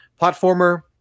platformer